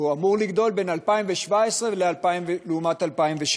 או אמור לגדול, ב-2017 לעומת 2016?